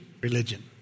religion